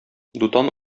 дутан